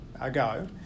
ago